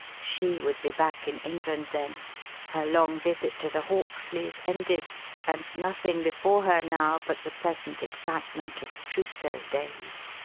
she would be back in england then her long visit to the hawksleys ended and nothing before her now but the pleasant excitement of trousseau days.